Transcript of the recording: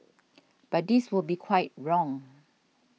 but this would be quite wrong